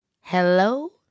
Hello